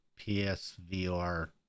PSVR